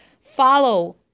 follow